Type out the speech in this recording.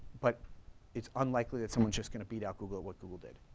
but it's unlikely that's someone's just gonna beat out google at what google did.